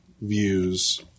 views